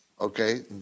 Okay